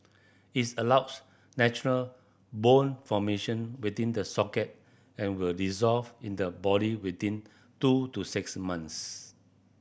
its allows natural bone formation within the socket and will dissolve in the body within two to six months